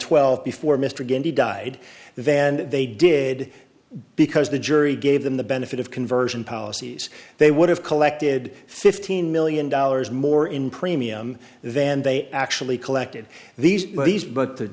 twelve before mr gandy died then they did because the jury gave them the benefit of conversion policies they would have collected fifteen million dollars more in premium then they actually collected these these but the